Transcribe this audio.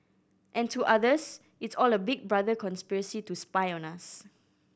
and to others it's all a Big Brother conspiracy to spy on us